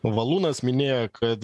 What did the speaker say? valūnas minėjo kad